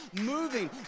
moving